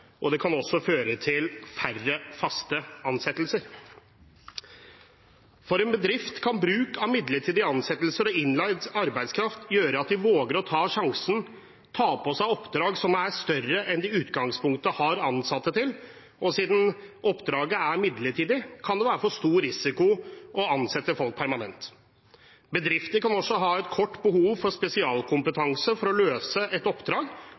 Det kan også føre til færre faste ansettelser. For en bedrift kan bruk av midlertidige ansettelser og innleid arbeidskraft gjøre at de våger å ta sjansen og ta på seg oppdrag som er større enn de i utgangspunktet har ansatte til. Dersom et oppdrag er midlertidig, kan det være for stor risiko å ansette folk permanent. Bedrifter kan også ha et kortsiktig behov for spesialkompetanse for å løse oppdrag